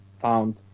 found